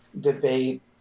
debate